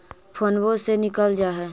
फोनवो से निकल जा है?